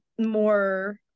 more